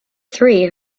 three